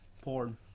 Porn